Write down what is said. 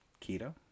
keto